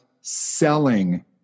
selling